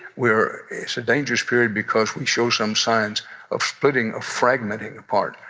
we're it's a dangerous period because we show some signs of splitting, of fragmenting apart.